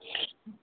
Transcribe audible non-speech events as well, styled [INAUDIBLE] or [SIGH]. [UNINTELLIGIBLE]